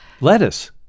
Lettuce